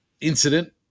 incident